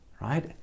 right